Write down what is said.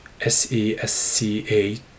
SESCA